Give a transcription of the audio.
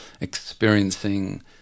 experiencing